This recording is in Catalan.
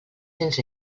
cents